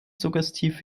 suggestiv